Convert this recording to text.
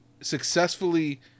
successfully